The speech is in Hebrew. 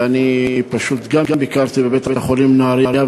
ואני פשוט גם ביקרתי בבית-החולים נהרייה,